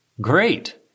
Great